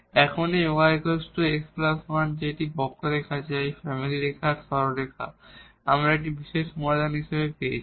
এখন এই y x 1 যেটি একটি কার্ভ যা এই রেখার ফ্যামিলি থেকে সরলরেখা আমরা এটি একটি বিশেষ সমাধান হিসাবে পেয়েছি